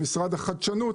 עם משרד החדשנות.